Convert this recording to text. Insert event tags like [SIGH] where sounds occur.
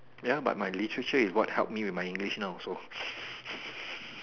ya but my literature is what help me with my English now so [LAUGHS]